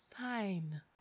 sign